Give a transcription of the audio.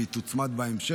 והיא תוצמד בהמשך,